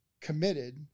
committed